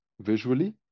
visually